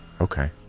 Okay